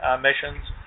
missions